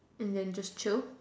and then just chill